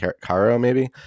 Caro—maybe